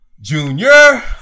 Junior